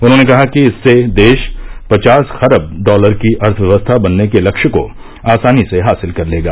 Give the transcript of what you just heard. उन्होंने कहा कि इससे देश पचास खरब डालर की अर्थव्यवस्था बनने के लक्ष्य को आसानी से हासिल कर लेगा